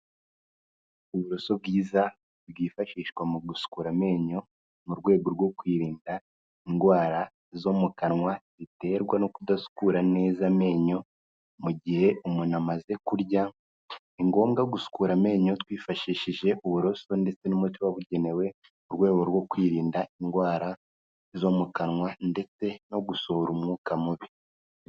Uburoso bwiza bwifashishwa mu gusukura amenyo, mu rwego rwo kwirinda indwara zo mu kanwa ziterwa no kudasukura neza amenyo, mu gihe umuntu amaze kurya ni ngombwa gusukura amenyo twifashishije uburoso ndetse n'umuti wabugenewe, mu rwego rwo kwirinda indwara zo mu kanwa ndetse no gusohora umwuka mubi.